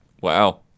Wow